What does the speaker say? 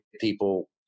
people